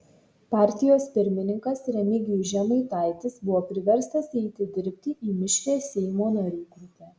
partijos pirmininkas remigijus žemaitaitis buvo priverstas eiti dirbti į mišrią seimo narių grupę